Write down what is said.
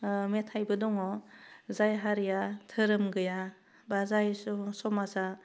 मेथाइबो दङ जाय हारिया धोरोम गैया बा जाय सुबुं समाजा